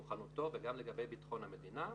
מוכנותו וכן לגבי ביטחון המדינה.